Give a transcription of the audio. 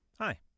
Hi